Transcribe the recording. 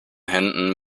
händen